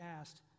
asked